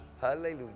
Hallelujah